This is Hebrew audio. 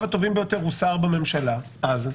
הטובים ביותר הוא שר בממשלה אז,